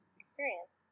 experience